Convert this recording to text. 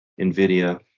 Nvidia